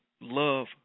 love